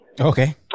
Okay